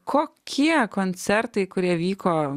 kokie koncertai kurie vyko